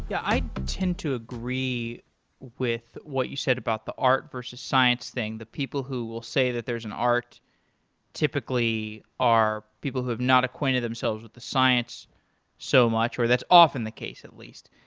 yeah i tend to agree with what you said about the art versus science thing, that people who will say that there's an art typically are people who have not acquainted themselves with the science so much, or that's often the case at least.